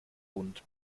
bund